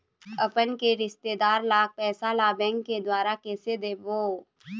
अपन के रिश्तेदार ला पैसा ला बैंक के द्वारा कैसे देबो?